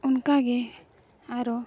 ᱚᱱᱠᱟᱜᱮ ᱟᱨᱚ